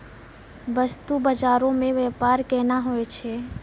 बस्तु बजारो मे व्यपार केना होय छै?